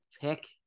pick